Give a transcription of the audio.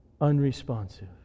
unresponsive